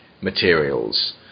materials